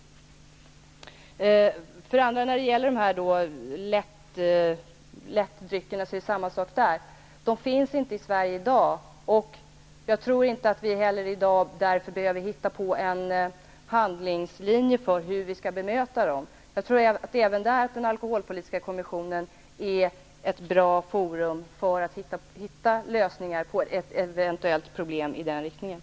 Lättdryckerna finns inte i Sverige i dag. Jag tror därför inte att vi i dag behöver hitta på en handlingslinje för hur vi skall bemöta dem. Jag tror att den alkoholpolitiska kommissionen är ett bra forum för att finna lösningar på ett eventuellt problem i det avseendet.